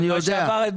אני יודע.